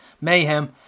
Mayhem